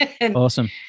Awesome